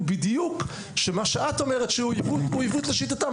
בדיוק שמה שאת אומרת שהוא עיוות לשיטתם,